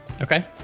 Okay